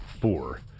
Four